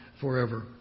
forever